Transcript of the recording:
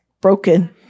broken